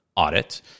audit